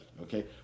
okay